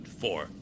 four